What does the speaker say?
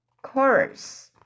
Chorus